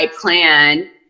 plan